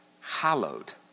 Hallowed